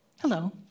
Hello